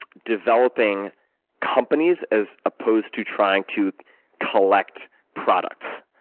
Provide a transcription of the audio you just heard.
developing companies as opposed to trying to collect product.